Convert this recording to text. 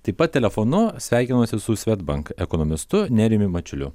taip pat telefonu sveikinuosi su swedbank ekonomistu nerijumi mačiuliu